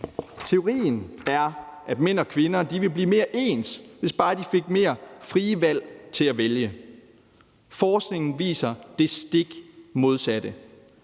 Teorien er, at mænd og kvinder ville blive mere ens, hvis bare de i højere grad fik frit valg til at vælge; forskningen viser det stik modsatte.